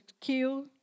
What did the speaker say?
kill